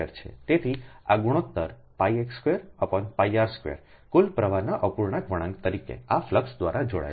તેથી આગુણોત્તરx2r2કુલ પ્રવાહના અપૂર્ણાંક વળાંક તરીકે આ ફ્લક્સ દ્વારા જોડાયેલ છે